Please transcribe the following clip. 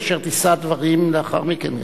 אשר תישא דברים לאחר מכן.